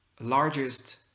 largest